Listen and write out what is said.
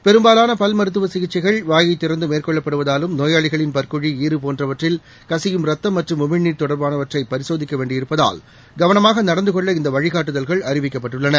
பெரும்பாலான பல் மருத்துவ சிகிச்சைகள் வாயை திறந்து மேற்கொள்ளப்படுவதாலும் நோயாளிகளின் பற்குழி ஈறு போன்றவற்றில் கசியும் ரத்தம் மற்றும் உமிழ்நீர் தொடர்பானவற்றை பரிசோதிக்க வேண்டியிருப்பதால் கவனமாக நடந்துகொள்ள இந்த வழிகாட்டுதல்கள் அறிவிக்கப்பட்டுள்ளன